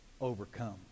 overcome